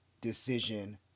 decision